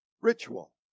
ritual